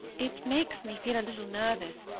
it makes me feel a little nervous,